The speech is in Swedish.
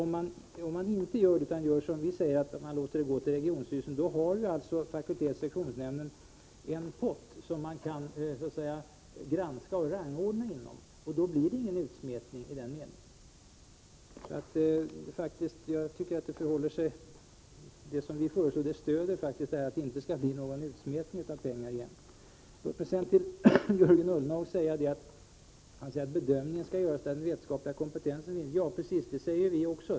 Om man i stället gör som vi säger, låter pengarna gå till regionstyrelsen, har alltså fakultets/sektionsnämnden en pott där man kan granska och rangordna. Då blir det ingen utsmetning. Det som vi föreslår stöder faktiskt syftet att det inte skall bli någon utsmetning av pengar. Jörgen Ullenhag säger att bedömningen skall göras där den vetenskapliga kompetensen finns. Ja, precis, det säger vi också.